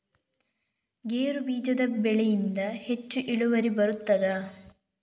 ಗೇರು ಬೀಜದ ಬೆಳೆಯಿಂದ ಹೆಚ್ಚು ಇಳುವರಿ ಬರುತ್ತದಾ?